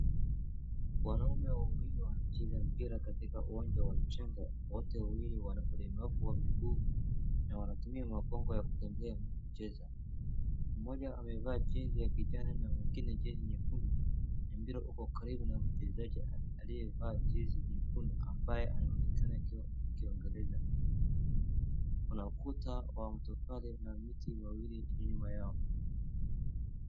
Wanaume wawili wanacheza mpira kwenye uwanja wa changa wote wawili wana uremavu wa miguu na wanatumia magongo ya kutembea. Mmoja amevaa jezi ya kijana, mwingine nyekundu. Mpira uko karibu na mchezaji wa jezi nyekundu ambaye anaonekana akiendeleza. Kuna ukuta na mti nyuma yao.